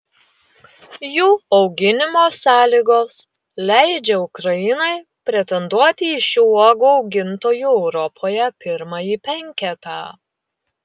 jų auginimo sąlygos leidžia ukrainai pretenduoti į šių uogų augintojų europoje pirmąjį penketą